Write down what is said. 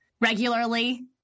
regularly